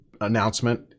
announcement